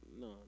no